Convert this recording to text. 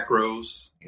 macros